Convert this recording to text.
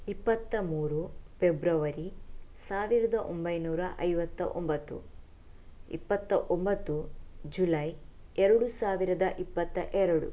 ಇಪ್ಪತ್ತ ಮೂರು ಪೆಬ್ರವರಿ ಸಾವಿರದ ಒಂಬೈನೂರ ಐವತ್ತ ಒಂಬತ್ತು ಇಪ್ಪತ್ತ ಒಂಬತ್ತು ಜುಲೈ ಎರಡು ಸಾವಿರದ ಇಪ್ಪತ್ತ ಎರಡು